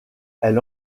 elle